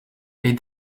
les